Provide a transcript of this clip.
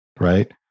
Right